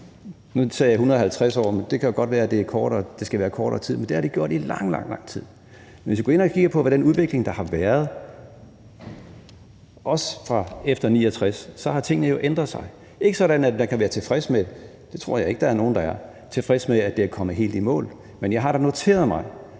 nu sagde jeg 150 år, men det kan jo godt være, at det skal være kortere tid, men det har de gjort i lang, lang tid. Men hvis vi også går ind og kigger på, hvordan udviklingen har været efter 1969, ser vi jo, at tingene har ændret sig, ikke sådan, at man kan være tilfreds med det, og det tror jeg ikke der er nogen der er, og ikke sådan, at man kommet helt i mål, men jeg har da noteret mig,